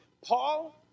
Paul